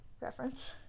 reference